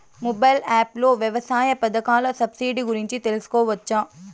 Mobile app లో వ్యవసాయ పథకాల సబ్సిడి గురించి తెలుసుకోవచ్చా?